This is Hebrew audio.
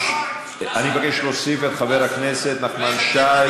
מבקש להוסיף את חבר הכנסת נחמן שי